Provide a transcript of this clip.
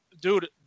dude